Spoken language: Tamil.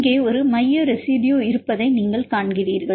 இங்கே ஒரு மைய ரெசிடுயு இருப்பதை நீங்கள் காண்கிறீர்கள்